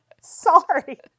sorry